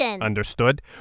Understood